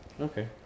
Okay